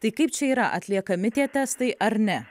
tai kaip čia yra atliekami tie testai ar ne